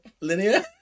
Linear